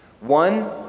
One